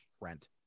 rent